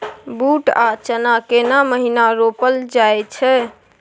बूट आ चना केना महिना रोपल जाय छै?